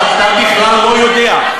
אתה בכלל לא יודע.